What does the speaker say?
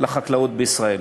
לחקלאות בישראל,